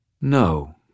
No